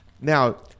Now